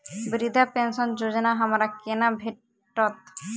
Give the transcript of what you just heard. वृद्धा पेंशन योजना हमरा केना भेटत?